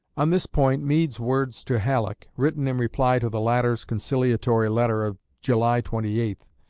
on this point meade's words to halleck, written in reply to the latter's conciliatory letter of july twenty eight,